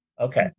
Okay